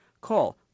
Call